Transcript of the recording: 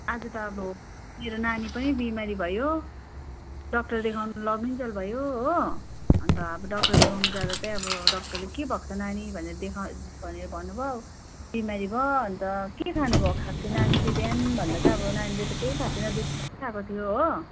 आज त अब मेरो नानी पनि बिमारी भयो डाक्टर देखाउनु लगिन्जेल भयो हो अन्त अब डाक्टर देखाउनु जाँदा चाहिँ अब डाक्टरले के भएको छ नानी भनेर देखा भनेर भन्नु भयो बिमारी भयो अन्त के खानु भयो खाएको थियो नानीले बिहान भन्दा चाहिँ अब नानीले त केही खाएकै थिएन दुध मात्रै खाएको थियो हो